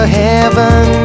heaven